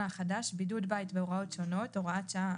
החדש) (בידוד בית והוראות שונות) (הוראת שעה),